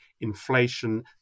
inflation